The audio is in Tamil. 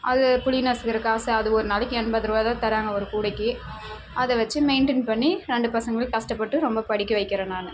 அது புளி நசுக்குற காசு அது ஒரு நாளைக்கு எண்பது ரூபாதான் தராங்க ஒரு கூடைக்கு அதை வச்சு மெயின்டன் பண்ணி ரெண்டு பசங்களையும் கஷ்டப்பட்டு ரொம்ப படிக்க வைக்கிறேன் நான்